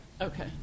Okay